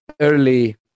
early